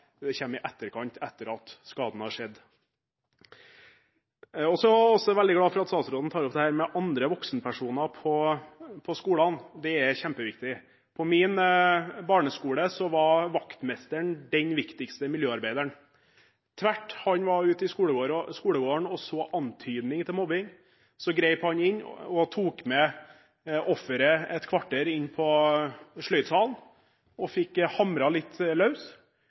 i etterkant, etter at skaden har skjedd. Så er jeg også veldig glad for at statsråden tar opp dette med andre voksenpersoner på skolene. Det er kjempeviktig. På min barneskole var vaktmesteren den viktigste miljøarbeideren. Når han var ute i skolegården og så antydning til mobbing, grep han inn og tok med offeret inn på sløydsalen et kvarter for å hamre litt løs og